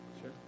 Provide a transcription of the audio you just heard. sure